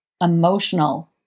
emotional